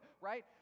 right